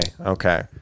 okay